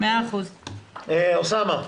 אוסאמה בבקשה.